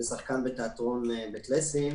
אני שחקן בתיאטרון בית ליסין.